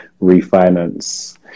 refinance